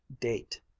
date